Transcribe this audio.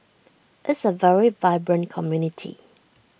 is A very vibrant community